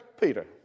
Peter